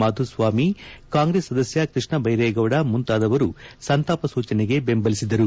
ಮಾಧುಸ್ವಾಮಿ ಕಾಂಗ್ರೆಸ್ ಸದಸ್ಯ ಕೃಷ್ಣಬೈರೇಗೌಡ ಮುಂತಾದವರು ಸಂತಾಪ ಸೂಚನೆಗೆ ಬೆಂಬಲಿಸಿದರು